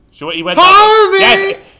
Harvey